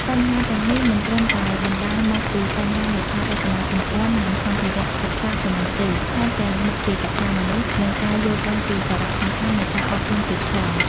បញ្ហាទាំងនេះមិនត្រឹមតែបណ្ដាលមកពីបញ្ហាហេដ្ឋារចនាសម្ព័ន្ធ និងសម្ភារៈសិក្សាប៉ុណ្ណោះទេ ថែមទាំងមកពីកត្តាមនុស្ស និងការយល់ដឹងពីសារៈសំខាន់នៃការអប់រំទៀតផង។